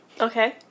Okay